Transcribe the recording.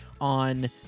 on